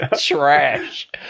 trash